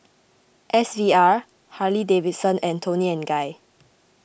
S V R Harley Davidson and Toni and Guy